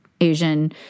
asian